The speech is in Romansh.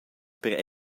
per